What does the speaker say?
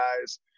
guys